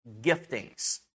giftings